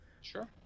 Sure